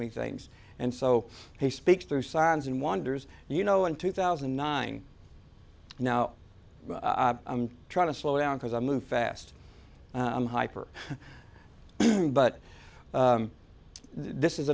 me things and so he speaks through signs and wonders you know in two thousand and nine now i'm trying to slow down cause i move fast i'm hyper but this is